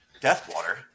Deathwater